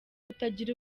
kutagira